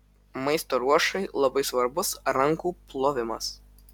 maisto ruošai labai svarbus rankų plovimas